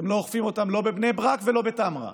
לא בבני ברק ולא בטמרה.